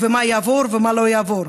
ומה יעבור ומה לא יעבור.